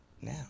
now